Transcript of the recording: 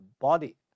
body